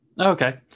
Okay